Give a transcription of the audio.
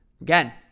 Again